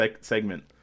segment